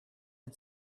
had